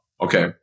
Okay